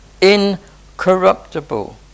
Incorruptible